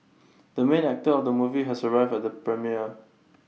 the main actor of the movie has arrived at the premiere